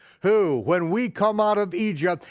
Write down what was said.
who, when we come out of egypt,